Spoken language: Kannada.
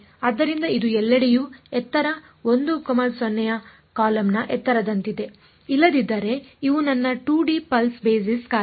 ಆದ್ದರಿಂದ ಇದು ಎಲ್ಲೆಡೆಯೂ ಎತ್ತರ 1 0 ರ ಕಾಲಮ್ನ ಎತ್ತರದಂತಿದೆ ಇಲ್ಲದಿದ್ದರೆ ಇವು ನನ್ನ 2 ಡಿ ಪಲ್ಸ್ ಬೇಸಿಸ್ ಕಾರ್ಯ